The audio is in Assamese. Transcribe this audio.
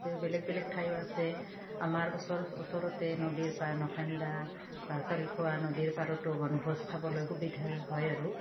এই বেলেগ বেলেগ ঠায়ো আছে আমাৰ ওচৰ ওচৰতে নদীৰ পাৰ নখেন্দা বা চাউলখোৱা নদীৰ পাৰতো বনভোজ খাবলৈ সুবিধা হয় আৰু